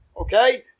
Okay